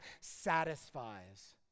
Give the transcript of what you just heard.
satisfies